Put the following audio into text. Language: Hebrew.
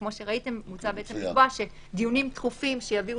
וכמו שראיתם --- שדיונים דחופים שיביאו